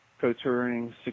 co-touring